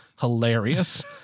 hilarious